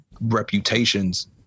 reputations